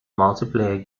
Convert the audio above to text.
multiplayer